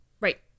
Right